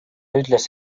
ütles